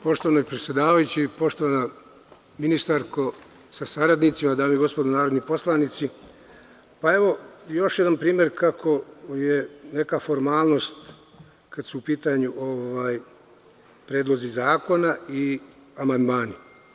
Poštovani predsedavajući, poštovana ministarko sa saradnicima, dame i gospodo narodni poslanici, evo još jedan primer kakva je formalnost kada su u pitanju predlozi zakona i amandmani.